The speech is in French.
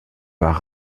par